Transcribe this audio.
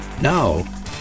Now